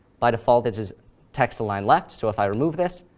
by default this is text-aligned left, so if i remove this,